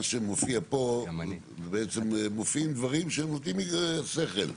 שמופיע פה, בעצם מופיעים דברים שהם נותנים שכל.